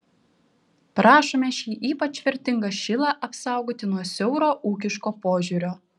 prašome šį ypač vertingą šilą apsaugoti nuo siauro ūkiško požiūrio